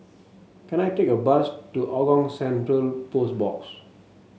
can I take a bus to Hougang Central Post Box